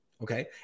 Okay